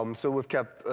um so we've kept